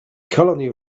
colony